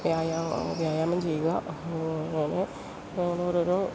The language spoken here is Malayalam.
വ്യായാമം വ്യായാമം ചെയ്യുക അങ്ങനെ നമ്മുടെ ഒരു